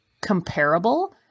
comparable